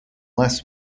less